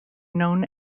known